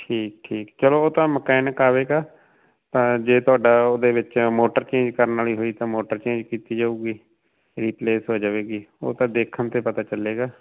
ਠੀਕ ਠੀਕ ਚਲੋ ਉਹ ਤਾਂ ਮਕੈਨਿਕ ਆਵੇਗਾ ਤਾਂ ਜੇ ਤੁਹਾਡਾ ਉਹਦੇ ਵਿੱਚ ਮੋਟਰ ਚੇਂਜ ਕਰਨ ਵਾਲੀ ਹੋਈ ਤਾਂ ਮੋਟਰ ਚੇਂਜ ਕੀਤੀ ਜਾਊਗੀ ਰੀਪਲੇਸ ਹੋ ਜਾਵੇਗੀ ਉਹ ਤਾਂ ਦੇਖਣ 'ਤੇ ਪਤਾ ਚੱਲੇਗਾ